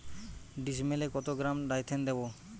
ডিস্মেলে কত গ্রাম ডাইথেন দেবো?